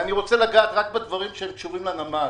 ואני רוצה לגעת רק בדברים שקשורים בנמל,